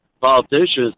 politicians